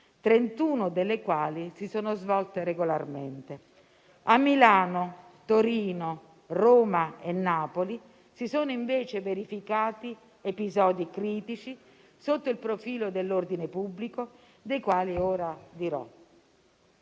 31 delle quali si sono svolte regolarmente. A Milano, Torino, Roma e Napoli si sono invece verificati episodi critici sotto il profilo dell'ordine pubblico, dei quali ora dirò.